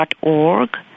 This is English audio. .org